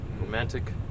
Romantic